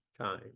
time